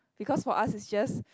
because for us it's just